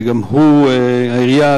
העירייה,